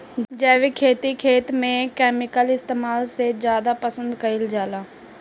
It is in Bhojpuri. जैविक खेती खेत में केमिकल इस्तेमाल से ज्यादा पसंद कईल जाला